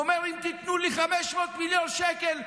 הוא אומר: אם תיתנו לי 500 מיליון שקל,